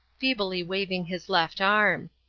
feebly waving his left arm.